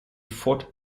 fort